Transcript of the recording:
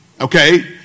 okay